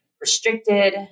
restricted